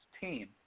team